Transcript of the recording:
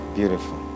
beautiful